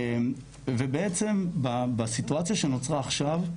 בעצם בסיטואציה שנוצרה עכשיו,